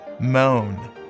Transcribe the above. moan